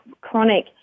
chronic